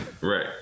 Right